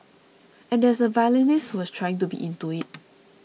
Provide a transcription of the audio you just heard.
and there is a violinist who was trying to be into it